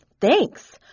Thanks